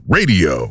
Radio